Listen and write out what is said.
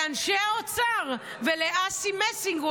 לאנשי האוצר ולאסי מסינג.